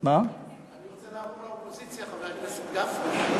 אני רוצה לעבור לאופוזיציה, חבר הכנסת גפני.